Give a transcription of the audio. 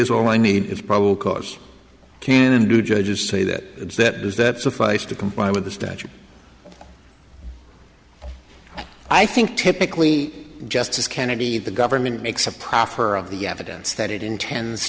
is all i need probable cause can and do judges say that that does that suffice to comply with the statute i think typically justice kennedy the government makes a proffer of the evidence that it intends